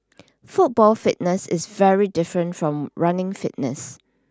football fitness is very different from running fitness